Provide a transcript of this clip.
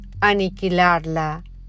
aniquilarla